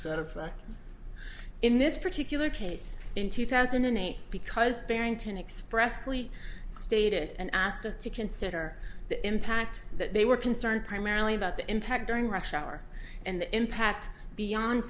sort of in this particular case in two thousand and eight because barrington expressly stated and asked us to consider the impact that they were concerned primarily about the impact during rush hour and the impact beyond